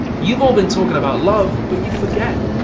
you've all been talking about love but you forget,